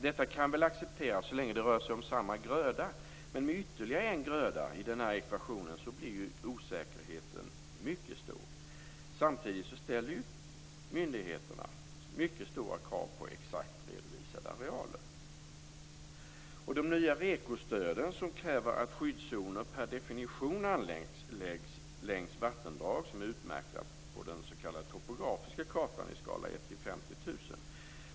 Detta kan väl accepteras så länge det rör sig om samma gröda, men med ytterligare en gröda i den här ekvationen blir osäkerheten mycket stor. Samtidigt ställer myndigheterna mycket stora krav på exakt redovisade arealer. De nya REKO-stöden kräver per definition att skyddszoner anläggs längs vattendrag som är utmärkta på den s.k. topografiska kartan i skala 1:50 000.